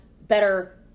better